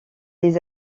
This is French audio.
les